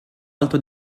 alto